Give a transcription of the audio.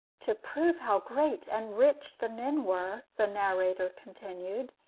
to prove how great and rich the men were, the narrator continued,